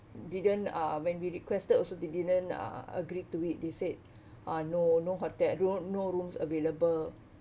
didn't uh when we requested also they didn't uh agreed to it they said uh no no hotel no no rooms available